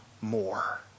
more